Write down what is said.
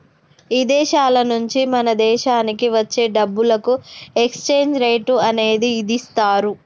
ఇదేశాల నుంచి మన దేశానికి వచ్చే డబ్బులకు ఎక్స్చేంజ్ రేట్ అనేది ఇదిస్తారు